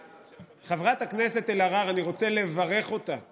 חברת הכנסת אלהרר אני רוצה לברך אותה על